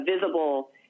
visible